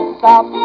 stop